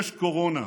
יש קורונה.